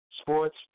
sports